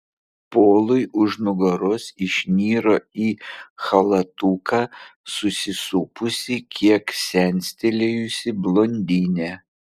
polui už nugaros išniro į chalatuką susisupusi kiek senstelėjusi blondinė